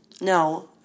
No